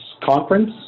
Conference